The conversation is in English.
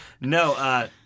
No